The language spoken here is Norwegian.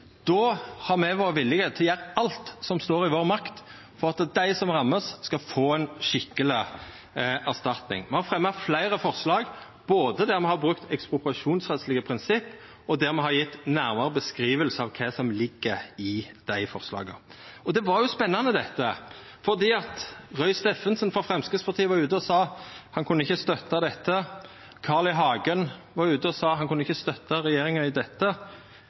då har me vore villige til å gjera alt som står i vår makt for at dei som vert ramma, skal få ei skikkeleg erstatning. Me har fremja fleire forslag, både der me har brukt ekspropriasjonsrettslege prinsipp, og der me har gjeve nærare beskrivingar av kva som ligg i dei forslaga. Og det var spennande, dette, for Roy Steffensen frå Framstegspartiet var ute og sa at han kunne ikkje støtta dette, og Carl I. Hagen var ute og sa at han ikkje kunne støtta regjeringa i dette.